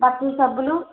బట్టల సబ్బులు